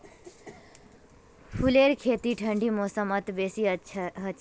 फूलेर खेती ठंडी मौसमत बेसी हछेक